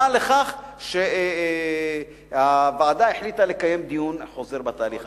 לכך שהוועדה החליטה לקיים דיון חוזר בתהליך.